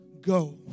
go